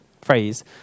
phrase